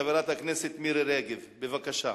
ראשונת המציעים, חברת הכנסת מירי רגב, בבקשה.